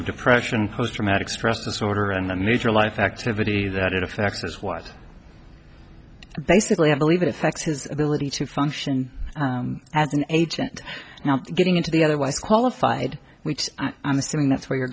of depression post traumatic stress disorder and a major life activity that it affects is what basically i believe it effects his ability to function as an agent now getting into the otherwise qualified which i'm assuming that's where you're